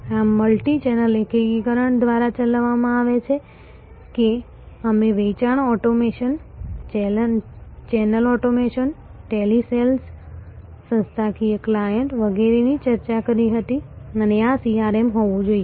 આ મલ્ટિચેનલ એકીકરણ દ્વારા ચલાવવામાં આવે છે કે અમે વેચાણ ઓટોમેશન ચેનલ ઓટોમેશન ટેલિસેલ્સ સંસ્થાકીય ક્લાયન્ટ્સ વગેરેની ચર્ચા કરી હતી અને આ CRM હોવું જોઈએ